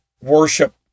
worship